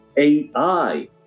AI